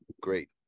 great